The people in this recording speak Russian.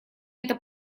это